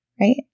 right